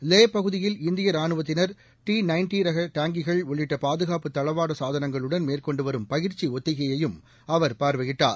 லேபகுதியில் இந்தியராணுவத்தினர் ரகடாங்கிகள் உள்ளிட்டபாதுகாப்புத் தளவாடசாதனங்களுடன் மேற்கொண்டுவரும் பயிற்சிஒத்திகையையும் அவர் பார்வையிட்டார்